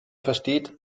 versteht